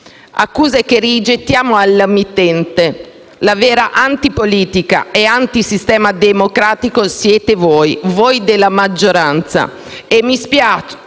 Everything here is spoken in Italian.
accuse che rigettiamo al mittente. La vera antipolitica e il vero antisistema democratico siete voi, voi della maggioranza e mi spiace